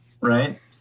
right